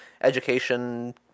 education